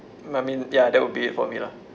I mean ya that will be it for me lah